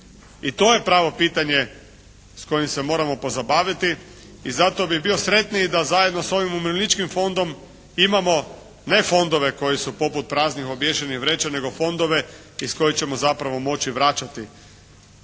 i to je pravo pitanje s kojim se moramo pozabaviti i zato bi bio sretniji da zajedno sa ovim Umirovljeničkim fondom imamo ne fondove koji su poput raznih obješenih vreća, nego fondove iz kojih ćemo zapravo moći vraćati